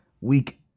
week